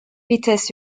vites